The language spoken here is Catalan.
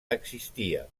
existia